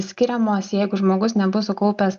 skiriamos jeigu žmogus nebus sukaupęs